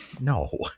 No